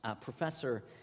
professor